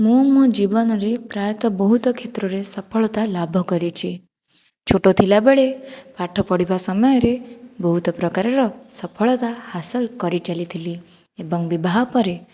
ମୁଁ ମୋ ଜୀବନରେ ପ୍ରାୟତଃ ବହୁତ କ୍ଷେତ୍ରରେ ସଫଳତା ଲାଭ କରିଛି ଛୋଟ ଥିଲାବେଳେ ପାଠ ପଢ଼ିବା ସମୟରେ ବହୁତ ପ୍ରକାରର ସଫଳତା ହାସଲ କରି ଚାଲିଥିଲି ଏବଂ ବିବାହ ପରେ